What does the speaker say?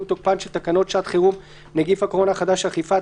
תוקפן של תקנות שעת חירום (נגיף הקורונה החדש אכיפה),